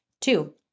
Two